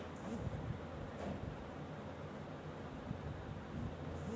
ল্যাস লীতি মালে হছে ইক রকম ট্রাস্ট ফাল্ড মালে ইকজলের টাকাসম্পত্তি রাখ্যা হ্যয়